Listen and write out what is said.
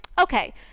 okay